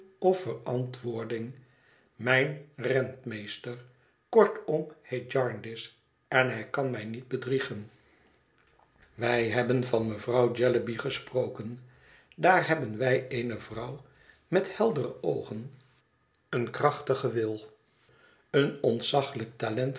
of verantwoording mijn rentmeester kortom heet jarndyce en hij kan mij niet bedriegen wij hebben van mevrouw jellyby gesproken daar hebben wij eene vrouw met heldere oogen een krachtigen wil een ontzaglijk talent